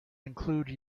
include